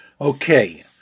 Okay